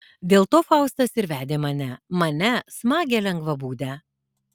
dėl to faustas ir vedė mane mane smagią lengvabūdę